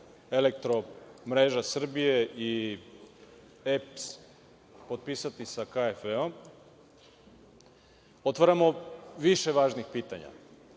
„Elektromreža Srbije“ i EPS potpisati sa KfW, otvaramo više važnih pitanja,